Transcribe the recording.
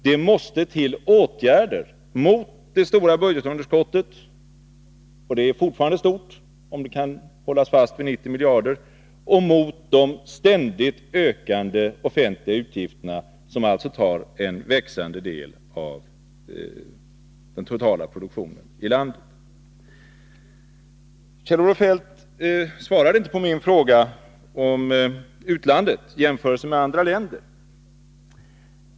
Det måste till åtgärder mot det stora budgetunderskottet — och det är fortfarande stort om det kan hållas fast vid 90 miljarder — och mot de ständigt ökande offentliga utgifterna som tar en växande del av den totala produktionen i landet. Kjell-Olof Feldt svarade inte på min fråga om utlandet: alltså Sverige i jämförelse med andra länder.